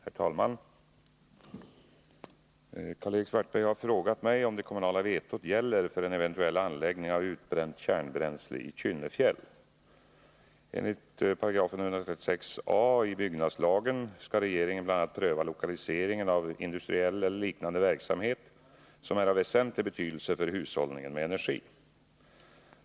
Herr talman! Karl-Erik Svartberg har frågat mig om det kommunala vetot gäller för en eventuell anläggning av utbränt kärnbränsle i Kynnefjäll. Enligt 136 a § byggnadslagen skall regeringen bl.a. pröva lokaliseringen av industriell eller liknande verksamhet, som är av väsentlig betydelse för hushållningen med energi.